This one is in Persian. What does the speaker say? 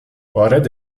وارد